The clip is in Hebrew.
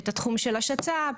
את התחום של השצ"פ,